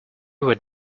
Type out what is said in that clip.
would